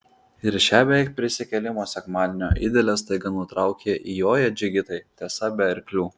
ir šią beveik prisikėlimo sekmadienio idilę staiga nutraukia įjoję džigitai tiesa be arklių